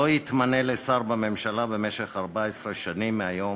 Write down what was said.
לא יתמנה לשר בממשלה במשך 14 שנים מהיום